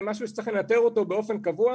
זה משהו שצריך לנטר באופן קבוע.